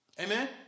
Amen